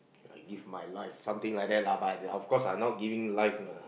I give my life something like that lah but of course I not giving life lah